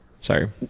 Sorry